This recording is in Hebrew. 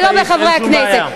ולא בחברי הכנסת.